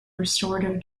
restorative